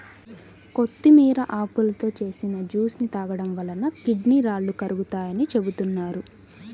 కొత్తిమీర ఆకులతో చేసిన జ్యూస్ ని తాగడం వలన కిడ్నీ రాళ్లు కరుగుతాయని చెబుతున్నారు